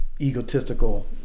egotistical